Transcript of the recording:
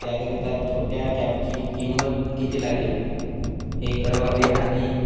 त्याकरिता छोट्या कॅबची किंमत किती लागेल हे कळवावे आणि